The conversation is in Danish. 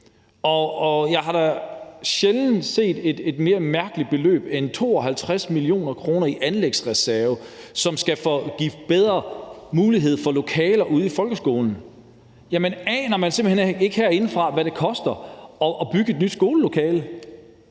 Jeg har da sjældent set et mere mærkeligt beløb end 52 mio. kr. i anlægsreserve, som skal give bedre mulighed for lokaler ude i folkeskolen. Jamen aner man simpelt hen ikke herinde, hvad det koster at bygge et nyt skolelokale?